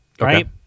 Right